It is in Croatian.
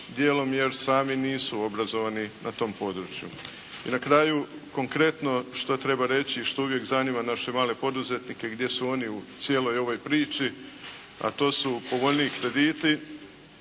Dijelom jer sami nisu obrazovani na tom području. I na kraju konkretno što treba reći, što uvijek zanima naše male poduzetnike gdje su oni u cijeloj ovoj priči, a to su povoljniji krediti